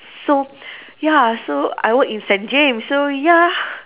so ya so I work in Saint James so ya